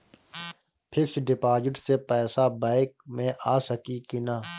Fix deposit से पैसा bank मे आ सकी कि ना?